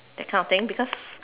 that kind of thing because